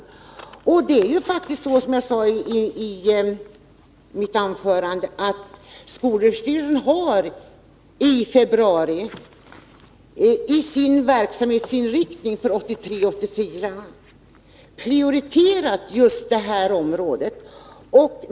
Som jag sade i mitt huvudanförande, är det faktiskt så att skolöverstyrelsen i februari i sin verksamhetsinriktning för 1983/84 har prioriterat just detta område.